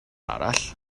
arall